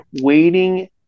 Waiting